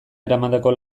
eramandako